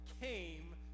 came